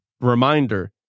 reminder